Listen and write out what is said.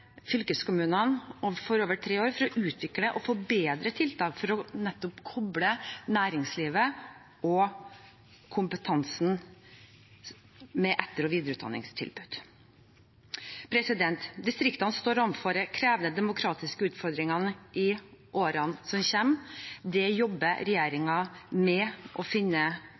over tre år for å utvikle- og forbedre tiltak for nettopp å koble næringslivets behov for kompetanse sammen med etter- og videreutdanningstilbud. Distriktene står overfor krevende demografiske utfordringer i årene som kommer. Det jobber regjeringen med å finne